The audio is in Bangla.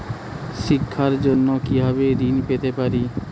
শিক্ষার জন্য কি ভাবে ঋণ পেতে পারি?